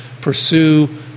pursue